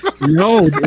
No